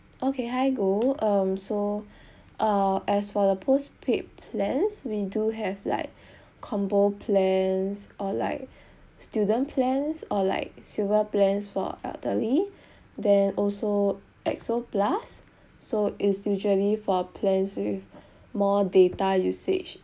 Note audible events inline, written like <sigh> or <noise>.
okay hi goh um so <breath> uh as for the postpaid plans we do have like <breath> combo plans or like student plans or like silver plans for elderly then also X_O plus so is usually for plans with more data usage